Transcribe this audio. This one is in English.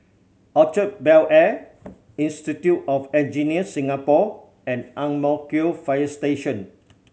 Orchard Bel Air Institute of Engineers Singapore and Ang Mo Kio Fire Station